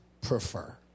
prefer